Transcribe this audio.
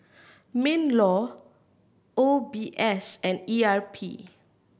MinLaw O B S and E R P